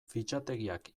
fitxategiak